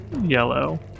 yellow